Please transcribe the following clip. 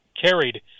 carried